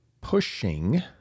pushing